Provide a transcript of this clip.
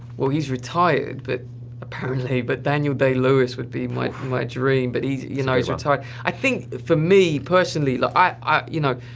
well he's retired, but apparently, but daniel day lewis would be my my dream, but he's, you know, he's retired i think for me, personally, like you know,